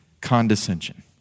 condescension